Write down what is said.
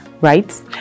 right